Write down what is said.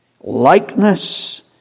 Likeness